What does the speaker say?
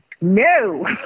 No